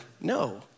no